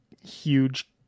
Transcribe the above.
huge